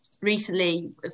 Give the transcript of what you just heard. recently